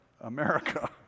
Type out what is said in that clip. America